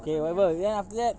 okay whatever then after that